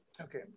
Okay